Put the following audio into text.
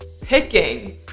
picking